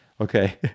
Okay